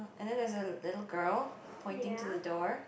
and then there's a little girl point to the door